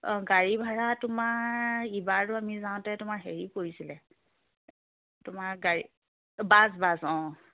অঁ গাড়ী ভাড়া তোমাৰ ইবাৰটো আমি যাওঁতে তোমাৰ হেৰি পৰিছিলে তোমাৰ গাড়ী বাছ বাছ অঁ